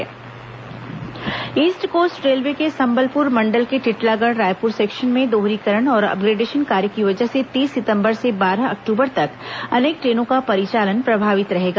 mega block east coast railway के संबलपुर मंडल के टिटलागढ़ रायपुर सेक्शन में दोहरीकरण और अपग्रेडेशन कार्य की वजह से तीस सितंबर से बारह अक्टूबर तक अनेक ट्रेनों का परिचालन प्रभावित रहेगा